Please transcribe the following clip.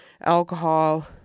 alcohol